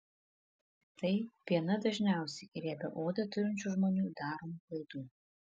tai viena dažniausiai riebią odą turinčių žmonių daromų klaidų